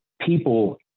people